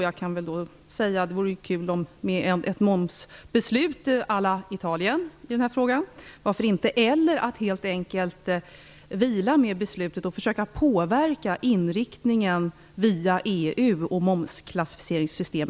Det vore ju kul om vi fick ett momsbeslut à la Italien i den här frågan. Varför inte? Eller så kan man helt enkelt låta beslutet vila och försöka påverka inriktningen via EU med dess momsklassificeringssystem.